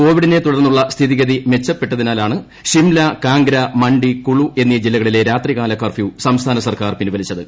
കോവിഡിനെ തുടർന്നുള്ള സ്ഥിതിഗതി മെച്ചപ്പെട്ടതിനാലാണ് ഷിംല കാംഗ്ര മണ്ഡി കുളു എന്നീ ജില്ലകളിലെ രാത്രികാല കർഫ്യൂ സംസ്ഥാന സർക്കാർ പിൻവലിച്ചത്